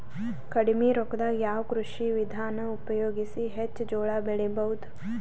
ಕಡಿಮಿ ರೊಕ್ಕದಾಗ ಯಾವ ಕೃಷಿ ವಿಧಾನ ಉಪಯೋಗಿಸಿ ಹೆಚ್ಚ ಜೋಳ ಬೆಳಿ ಬಹುದ?